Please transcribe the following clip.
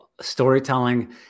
Storytelling